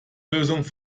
lösung